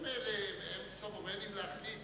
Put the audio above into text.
הם סוברנים להחליט,